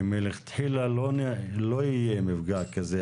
שמלכתחילה לא יהיה מפגע כזה,